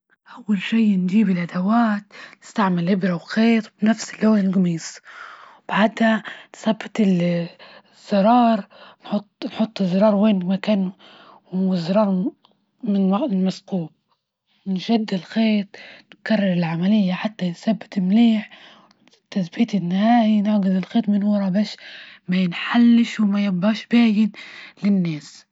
أول شي نجيب الأدوات نستعمل إبرة وخيط نفس لون الجميص، بعدها ثبت الزرار نحط-نحط وين ما كان والزرار مثقوب ونشد الخيط ونكرر العملية حتي يتثبت منيح، تثبيت النهائي نعجد الخيط من ورا باش ما ينحلش وما يبقاش باين للناس.